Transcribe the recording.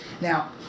Now